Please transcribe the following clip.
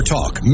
Talk